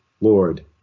Lord